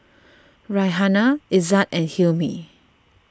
Raihana Izzat and Hilmi